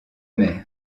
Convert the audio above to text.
mer